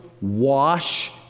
wash